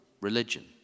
religion